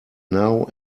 now